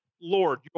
Lord